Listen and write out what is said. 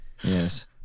Yes